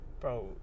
Bro